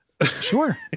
sure